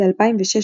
ב-2006,